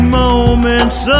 moments